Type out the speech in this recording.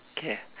k